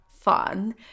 fun